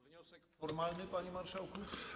Wniosek formalny, panie marszałku.